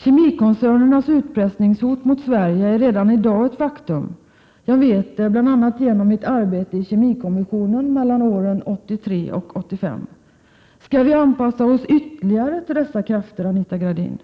Kemikoncernernas utpressningshot mot Sverige är redan i dag ett faktum — jag vet det bl.a. genom mitt arbete i kemikommissionen under åren 1983-1985. Skall vi anpassa oss ytterligare till dessa krafter, Anita Gradin?